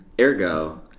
ergo